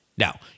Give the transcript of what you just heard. Now